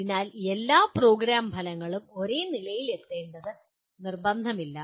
അതിനാൽ എല്ലാ പ്രോഗ്രാം ഫലങ്ങളും ഒരേ നിലയിലെത്തേണ്ടത് നിർബന്ധമല്ല